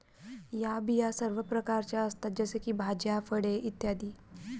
या बिया सर्व प्रकारच्या असतात जसे की भाज्या, फळे इ